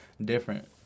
different